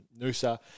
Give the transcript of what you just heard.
Noosa